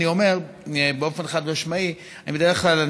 אני אומר באופן חד-משמעי שבדרך כלל,